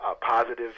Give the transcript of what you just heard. positive